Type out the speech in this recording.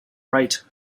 right